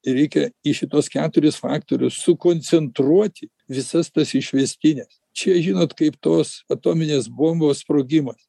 ir reikia į šituos keturis faktorius sukoncentruoti visas tas išvestines čia žinot kaip tos atominės bombos sprogimas